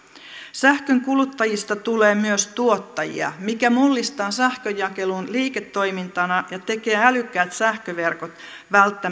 sähkön kuluttajista tulee myös tuottajia mikä mullistaa sähkönjakelun liiketoimintana ja tekee älykkäät sähköverkot välttämättömiksi mikä